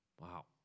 Wow